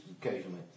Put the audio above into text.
occasionally